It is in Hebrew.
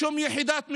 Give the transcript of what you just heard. שום יחידת משטרה,